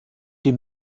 die